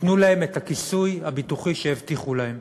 ייתנו להם את הכיסוי הביטוחי שהבטיחו להם.